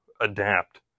adapt